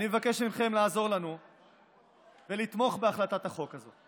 אני מבקש מכם לעזור לנו ולתמוך בהחלטת החוק הזאת.